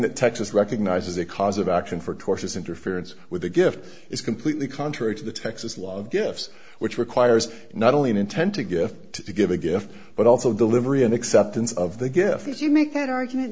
that texas recognizes a cause of action for tortious interference with a gift is completely contrary to the texas law of gifts which requires not only an intent to gift to give a gift but also delivery an acceptance of the gift if you make that argument